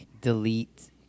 delete